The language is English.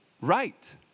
Right